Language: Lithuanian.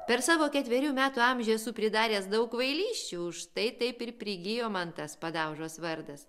per savo ketverių metų amžių esu pridaręs daug kvailysčių štai taip ir prigijo man tas padaužos vardas